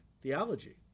theology